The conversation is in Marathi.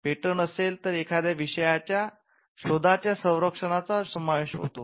पेटंट असेल तर एखाद्या विषयाच्या शोधाच्या संरक्षणचा समावेश होतो